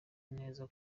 neza